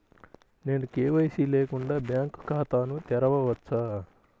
నేను కే.వై.సి లేకుండా బ్యాంక్ ఖాతాను తెరవవచ్చా?